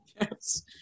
Yes